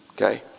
Okay